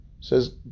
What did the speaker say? says